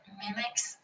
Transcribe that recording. mimics